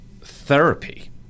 therapy